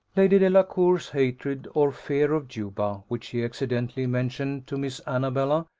lady delacour's hatred or fear of juba, which he accidentally mentioned to miss annabella,